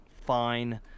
fine